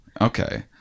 Okay